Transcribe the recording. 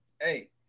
hey